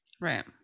Right